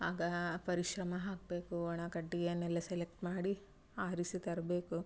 ಆಗ ಪರಿಶ್ರಮ ಹಾಕಬೇಕು ಒಣ ಕಡ್ಡಿಯನ್ನೆಲ್ಲ ಸೆಲೆಕ್ಟ್ ಮಾಡಿ ಆರಿಸಿ ತರಬೇಕು